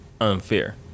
unfair